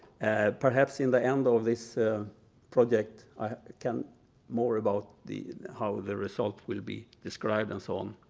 perhaps in the end of this project i can more about the, how the result will be described and so on.